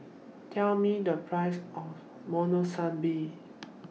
Tell Me The Price of Monsunabe